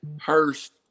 Hurst